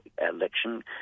election